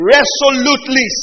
Resolutely